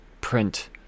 print